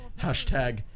Hashtag